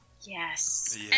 yes